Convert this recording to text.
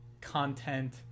content